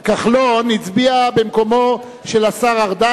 אני מודיע שהשר כחלון הצביע במקום השר ארדן,